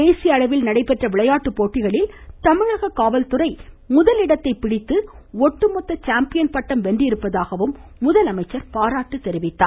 தேசிய அளவில் நடைபெற்ற விளையாட்டுப் போட்டிகளில் தமிழக காவல்துறை முதலிடத்தைப் பிடித்து ஒட்டு மொத்த சாம்பியன் பட்டம் வென்றிருப்பதாக முதலமைச்சர் பாராட்டு தெரிவித்தார்